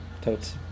Totes